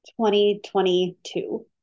2022